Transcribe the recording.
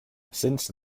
since